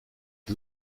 les